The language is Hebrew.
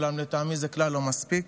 אולם לטעמי זה כלל לא מספיק.